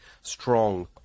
strong